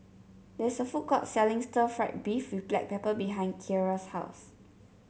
there is a food court selling Stir Fried Beef with Black Pepper behind Keara's house